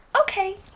Okay